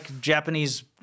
Japanese